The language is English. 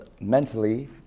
mentally